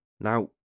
Now